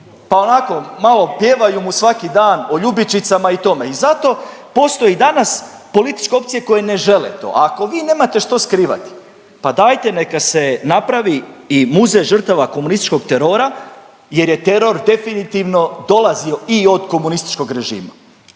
pa onako malo pjevaju mu svaki dan o ljubičicama i tome i zato postoji danas političke opcije koje ne žele to, a ako vi nemate što skrivati pa dajte neka se napravi i muzej žrtava komunističkog terora jer je teror definitivno dolazio i od komunističkog režima.